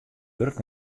wurk